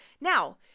Now